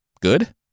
Good